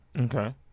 Okay